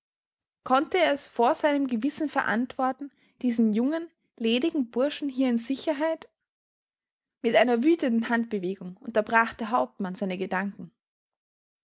konnte er es vor seinem gewissen verantworten diesen jungen ledigen burschen hier in sicherheit mit einer wütenden handbewegung unterbrach der hauptmann seine gedanken